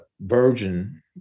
Virgin